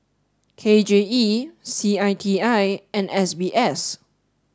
K J E C I T I and S B S